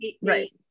right